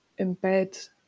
embed